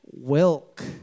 Wilk